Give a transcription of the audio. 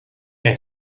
est